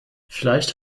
vielleicht